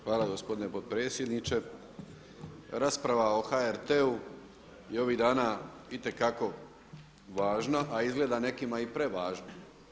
Hvala gospodine potpredsjedniče, rasprava o HRT-u je ovih dana itekako važna, a izgleda nekim i prevažna.